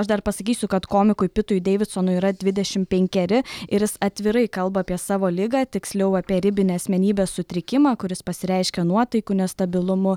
aš dar pasakysiu kad komikui pitui deividsonui yra dvidešim penkeri ir jis atvirai kalba apie savo ligą tiksliau apie ribinį asmenybės sutrikimą kuris pasireiškia nuotaikų nestabilumu